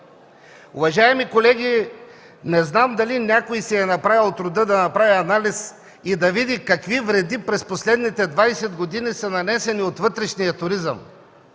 Уважаеми колеги, не знам дали някой си е направил труда да направи анализ и да види какви вреди през последните 20 години са нанесени от вътрешния туризъм,